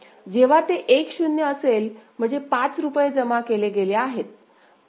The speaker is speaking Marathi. जेव्हा ते 1 0 असेल म्हणजे 5 रुपये जमा केले गेले आहेत